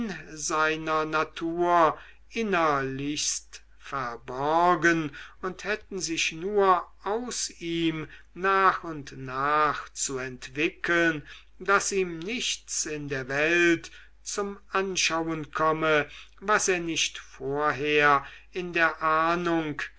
seiner natur innerlichst verborgen und hätten sich nur aus ihm nach und nach zu entwickeln daß ihm nichts in der welt zum anschauen komme was er nicht vorher in der ahnung